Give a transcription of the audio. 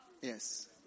Yes